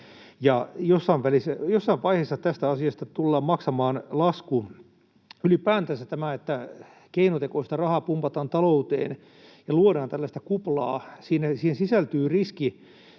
jossain vaiheessa tästä asiasta tullaan maksamaan lasku. Ylipäätänsä siihen, että keinotekoista rahaa pumpataan talouteen ja luodaan tällaista kuplaa, sisältyy riski